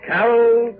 Carol